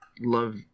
love